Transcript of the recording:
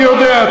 אני יודע,